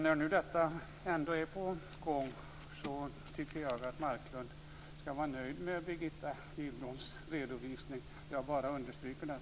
När nu detta ändå är på gång tycker jag att Marklund skall vara nöjd med Birgitta Gidbloms redovisning. Jag bara understryker den.